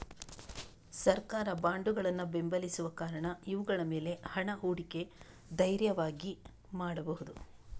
ಸರ್ಕಾರ ಬಾಂಡುಗಳನ್ನ ಬೆಂಬಲಿಸುವ ಕಾರಣ ಇವುಗಳ ಮೇಲೆ ಹಣ ಹೂಡಿಕೆ ಧೈರ್ಯವಾಗಿ ಮಾಡ್ಬಹುದು